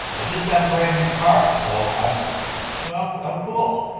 i just got a brand new car, so i'm yeah um cool.